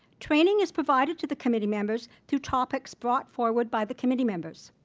training is provided to the committee members through topics brought forward by the committee members.